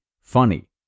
funny